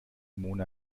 mona